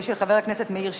של חבר הכנסת מאיר שטרית.